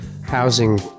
housing